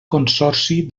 consorci